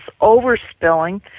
overspilling